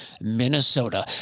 Minnesota